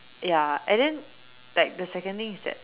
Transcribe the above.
ya and then like the second thing is that